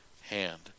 hand